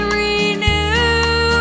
renew